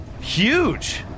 huge